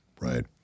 right